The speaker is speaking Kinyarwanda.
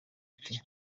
ati